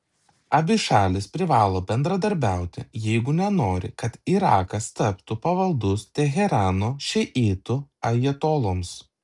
abi šalys privalo bendradarbiauti jeigu nenori kad irakas taptų pavaldus teherano šiitų ajatoloms